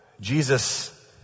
Jesus